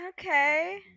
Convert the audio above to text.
okay